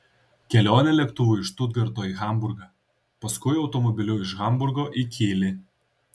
kelionė lėktuvu iš štutgarto į hamburgą paskui automobiliu iš hamburgo į kylį